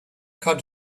cod